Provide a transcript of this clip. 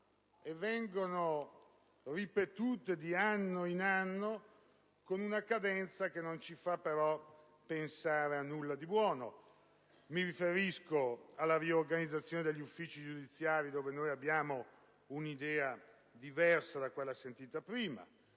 e vengono ripetute di anno in anno con una cadenza che non ci fa però pensare a nulla di buono. Mi riferisco alla riorganizzazione degli uffici giudiziari, su cui abbiamo un'idea diversa da quella sentita prima;